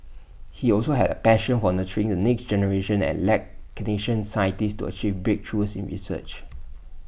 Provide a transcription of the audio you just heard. he also had A passion for nurturing the next generation and led clinician scientists to achieve breakthroughs in research